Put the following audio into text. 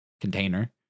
Container